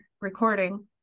recording